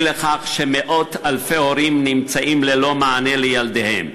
לכך שמאות אלפי הורים נמצאים ללא מענה לילדיהם.